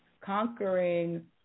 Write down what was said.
conquering